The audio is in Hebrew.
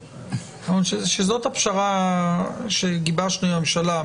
זאת הפשרה שגיבשנו עם הממשלה.